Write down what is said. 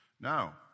Now